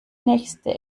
nächste